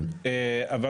למיטב ידיעתי,